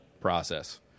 process